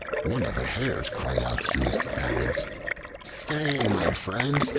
one of the hares cried out to his companions stay, my friends,